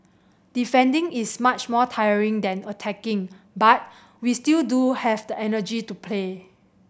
defending is much more tiring than attacking but we still do have the energy to play